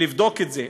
לבדוק את זה.